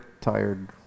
tired